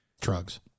Drugs